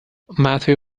mathieu